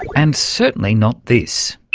and certainly not this